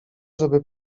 żeby